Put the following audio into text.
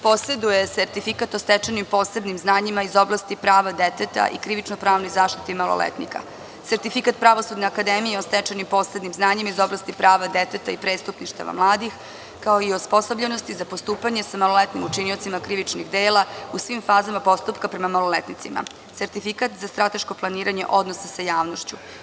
Poseduje sertifikat o stečenim posebnim znanjima iz oblasti prava deteta i krivično-pravnoj zaštiti maloletnika, sertifikat Pravosudne akademije o stečenim posebnim znanjima iz oblasti prava deteta i prestupništava mladih, kao i osposobljenosti za postupanje sa maloletnim učiniocima krivičnih dela u svim fazama postupka prema maloletnicima, sertifikat za strateško planiranje odnosa sa javnošću.